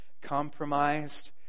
compromised